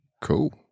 Cool